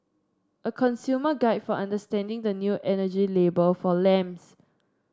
a consumer guide for understanding the new energy label for lamps